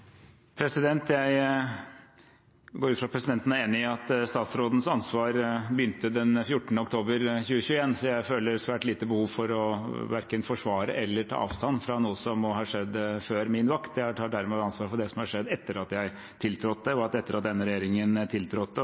Jeg går ut fra at presidenten er enig i at statsrådens ansvar begynte den 14. oktober 2021, så jeg føler svært lite behov for verken å forsvare eller ta avstand fra noe som må ha skjedd før min vakt. Jeg tar derimot ansvar for det som har skjedd etter at jeg tiltrådte, og etter at denne regjeringen tiltrådte,